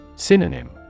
Synonym